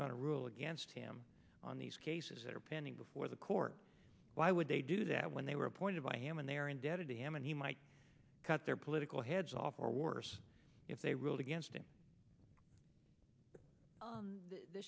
to rule against him on these cases that are pending before the court why would they do that when they were appointed by him and they are indebted to him and he might cut their political heads off or worse if they ruled against